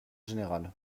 général